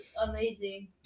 amazing